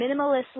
minimalist